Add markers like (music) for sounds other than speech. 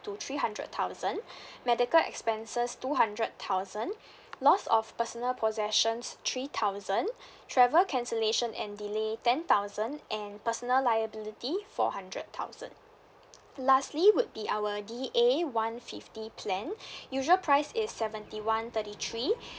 to three hundred thousand (breath) medical expenses two hundred thousand loss of personal possessions three thousand travel cancellation and delay ten thousand and personal liability four hundred thousand lastly would be our D_A one fifty plan (breath) usual price is seventy one thirty three